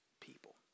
people